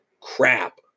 crap